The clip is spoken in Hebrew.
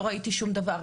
לא ראיתי שום דבר.